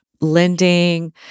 lending